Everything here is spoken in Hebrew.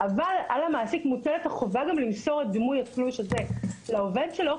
אבל על המעסיק מוטלת החובה גם למסור את דמוי התלוש הזה לעובד שלו,